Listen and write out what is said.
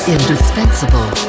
Indispensable